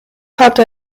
hatte